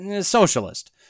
socialist